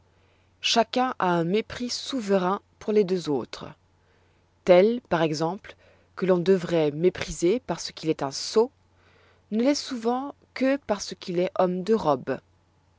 chacun a un mépris souverain pour les deux autres tel par exemple que l'on devroit mépriser parce qu'il est un sot ne l'est souvent que parce qu'il est homme de robe